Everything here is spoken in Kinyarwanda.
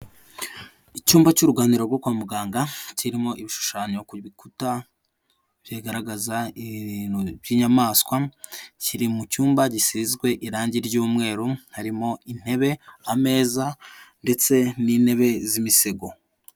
Icyumba cy'uruganiriro rwo kwa muganga kirimo ibishushanyo ku bikuta bigaragaza ibintu by'inyamaswa kiri mu cyumba gisizwe irangi ry'umweru harimo intebe, ameza ndetse n'intebe z'imisego.